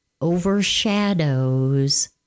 overshadows